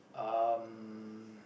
um